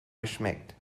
geschmeckt